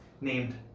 named